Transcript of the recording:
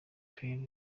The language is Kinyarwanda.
keri